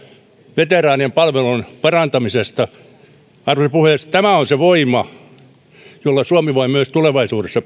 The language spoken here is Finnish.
veteraanien palvelujen parantamisesta arvoisa puhemies tämä on se voima jolla suomi voi myös tulevaisuudessa